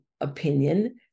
opinion